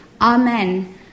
Amen